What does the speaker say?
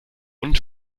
und